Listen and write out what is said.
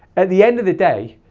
at the end of the day,